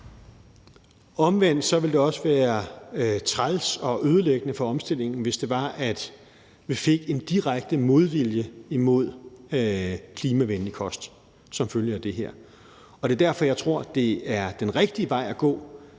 Omvendt ville det også være træls og ødelæggende for omstillingen, hvis det var sådan, at vi fik en direkte modvilje mod klimavenlig kost som følge af det her. Det er derfor, jeg tror, det er den rigtige vej at gå,